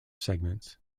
segments